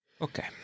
Okay